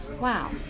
Wow